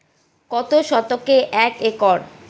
কত শতকে এক একর?